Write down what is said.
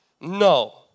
No